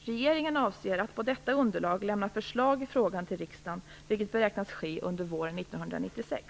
Regeringen avser att på detta underlag lämna förslag i frågan till riksdagen, vilket beräknas ske under våren 1996.